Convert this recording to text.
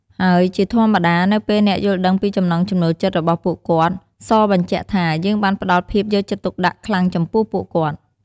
ហើយជាធម្មតា នៅពេលអ្នកយល់ដឹងពីចំណង់ចំណូលចិត្តរបស់ពួកគាត់ សបញ្ជាក់ថាយើងបានផ្ដល់ភាពយកចិត្តទុកដាក់ខ្លាំងចំពោះពួកគាត់។